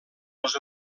les